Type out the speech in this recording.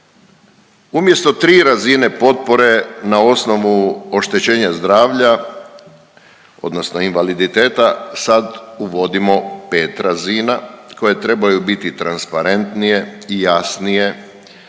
Umjesto 3 razine potpore na osnovu oštećenja zdravlja odnosno invaliditeta sad uvodimo 5 razina koje trebaju biti transparentnije i jasnije